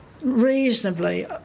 reasonably